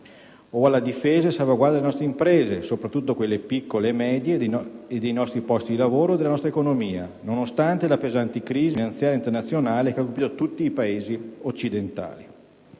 e alla difesa e salvaguardia delle nostre imprese, soprattutto quelle piccole e medie, dei nostri posti di lavoro e della nostra economia in un periodo di pesante crisi finanziaria internazionale che ha colpito tutti i Paesi occidentali.